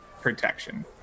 protection